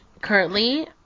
currently